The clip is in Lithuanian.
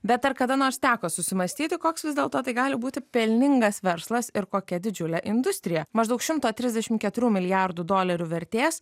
bet ar kada nors teko susimąstyti koks vis dėlto tai gali būti pelningas verslas ir kokia didžiulė industrija maždaug šimto trisdešim keturių milijardų dolerių vertės